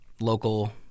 Local